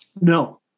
No